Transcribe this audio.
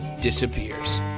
disappears